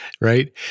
Right